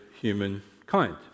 humankind